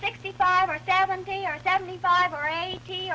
sixty five or seventy seventy five or eighty